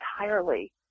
entirely